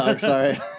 Sorry